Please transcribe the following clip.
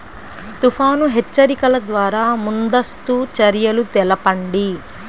తుఫాను హెచ్చరికల ద్వార ముందస్తు చర్యలు తెలపండి?